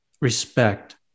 respect